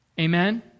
Amen